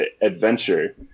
adventure